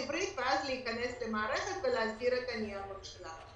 עברית ואז להיכנס למערכת ולהסדיר את הניירות שלה.